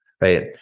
right